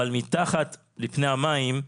אבל מתחת לפני המים,